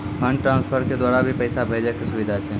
Fund transfer के द्वारा भी पैसा भेजै के सुविधा छै?